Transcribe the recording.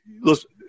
listen